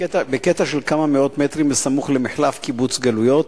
בקטע של כמה מאות מטרים בסמוך למחלף קיבוץ-גלויות,